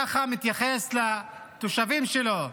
ככה מתייחס לתושבים שלו,